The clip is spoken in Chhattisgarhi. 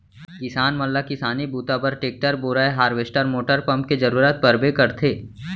किसान मन ल किसानी बूता बर टेक्टर, बोरए हारवेस्टर मोटर पंप के जरूरत परबे करथे